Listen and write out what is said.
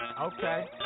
Okay